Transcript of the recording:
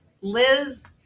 Liz